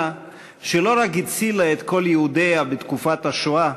שלא רק הצילה את כל יהודיה בתקופת השואה,